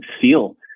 feel